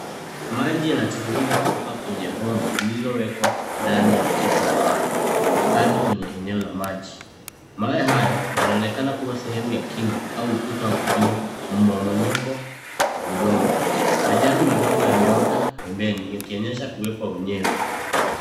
Maji yanatiririka kutoka kwenye bomba ililowekwa ndani ya ukuta wa mawe hadi kwenye eneo la maji. Maji hayo yanaonekana kuwa sehemu ya kingo au kuta kuzuia mmomonyoko wa udongo. Majani madogo yameota pembeni yakionyesha uwepo wa unyevu.